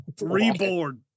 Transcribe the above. reborn